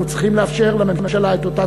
אנחנו צריכים לאפשר לממשלה את אותה